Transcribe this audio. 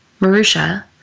Marusha